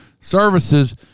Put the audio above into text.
services